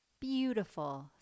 beautiful